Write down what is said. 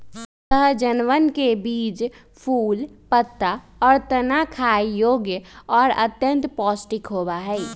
सहजनवन के बीज, फूल, पत्ता, और तना खाय योग्य और अत्यंत पौष्टिक होबा हई